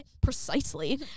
Precisely